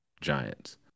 Giants